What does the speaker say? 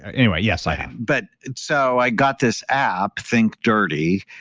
anyway, yes, i have but so i got this app, think dirty.